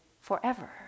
forever